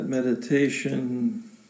Meditation